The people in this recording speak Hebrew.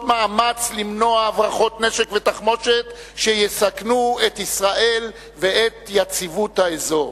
מאמץ למנוע הברחות נשק ותחמושת שיסכנו את ישראל ואת יציבות האזור.